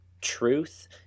truth